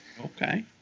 Okay